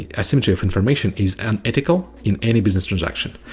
asymmetry of information is unethical, in any business transaction.